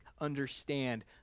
understand